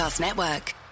Network